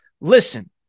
listen